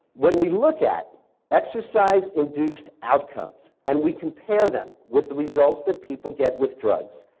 when we look at exercise-induced outcomes, and we compare them with the results that people get with drugs,